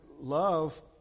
love